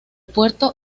puerto